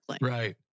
Right